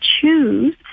choose